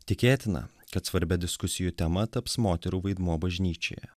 tikėtina kad svarbia diskusijų tema taps moterų vaidmuo bažnyčioje